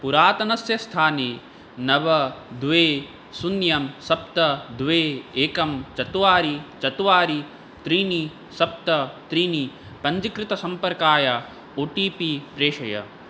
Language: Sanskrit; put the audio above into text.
पुरातनस्य स्थाने नव द्वे शून्यं सप्त द्वे एकं चत्वारि चत्वारि त्रीणि सप्त त्रीणि पञ्चीकृतसम्पर्काय ओ टी पी प्रेषय